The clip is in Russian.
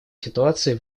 ситуацией